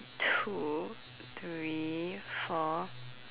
two three four